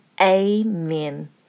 amen